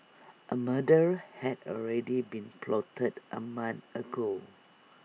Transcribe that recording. A murder had already been plotted A month ago